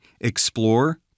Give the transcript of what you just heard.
Explore